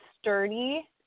sturdy